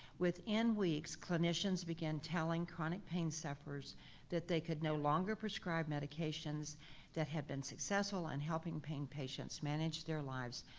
within weeks, clinicians began telling chronic pain sufferers that they could no longer prescribe medications that had been successful in and helping pain patients manage their lives,